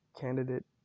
candidate